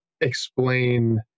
explain